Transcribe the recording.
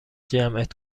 جمعت